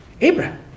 Abraham